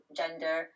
gender